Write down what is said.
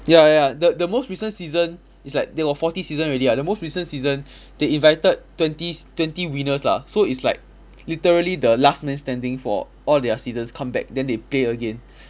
ya ya the the most recent season is like they got forty season already ah the most recent season they invited twenty twenty winners lah so it's like literally the last man standing for all their seasons come back then they play again